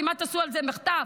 כמעט עשו על זה מחטף,